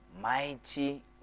mighty